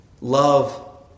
love